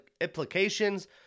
implications